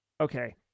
Okay